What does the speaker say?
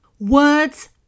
Words